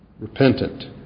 repentant